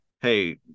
hey